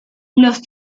los